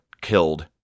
killed